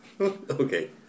Okay